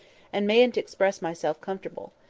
and mayn't express myself conformable.